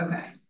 Okay